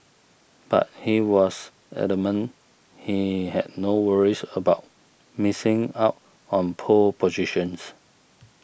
but he was adamant he had no worries about missing out on pole positions